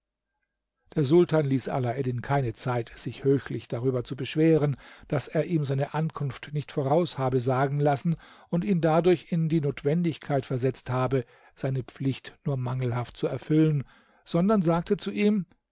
der sultan ließ alaeddin keine zeit sich höchlich darüber zu beschweren daß er ihm seine ankunft nicht voraus habe sagen lassen und ihn dadurch in die notwendigkeit versetzt habe seine pflicht nur mangelhaft zu erfüllen sondern sagte zu ihm